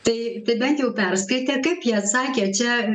tai tai bent jau perskaitė kaip jie atsakė čia